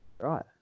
right